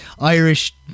Irish